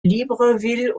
libreville